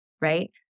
right